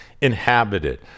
inhabited